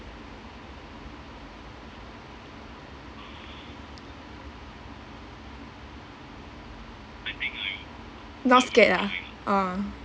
not scared uh ah